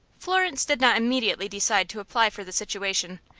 florence did not immediately decide to apply for the situation,